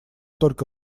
только